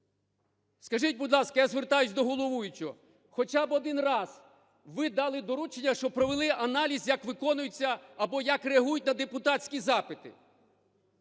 Скажіть, будь ласка, я звертаюсь до головуючого, хоча б один раз ви дали доручення, щоб провели аналіз, як виконуються або як реагують на депутатські запити!